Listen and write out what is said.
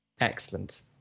Excellent